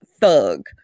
thug